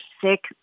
sick